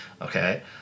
Okay